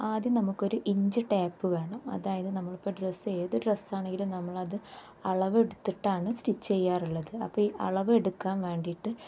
ആദ്യം നമുക്കൊരു inch tape വേണം അതായത് നമ്മളിപ്പോൾ ഡ്രസ്സ് ഏത് ഡ്രസ്സാണെങ്കിലും നമ്മളത് അളവ് എടുത്തിട്ടാണ് സ്റ്റിച്ച് ചെയ്യാറുള്ളത് അപ്പം ഈ അളവെടുക്കാൻ വേണ്ടിയിട്ട്